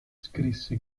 scrisse